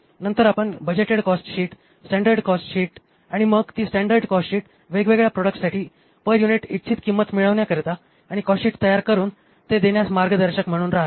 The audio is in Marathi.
नंतर आपण बजेटेड कॉस्टशीट स्टॅंडर्ड कॉस्टशीट आणि मग ती स्टॅंडर्ड कॉस्टशीट वेगवेगळ्या प्रोडक्टसाठी पर युनिट इच्छित किंमत मिळविण्याकरिता आणि कॉस्टशीट तयार करुन ते देण्यास मार्गदर्शक म्हणून राहते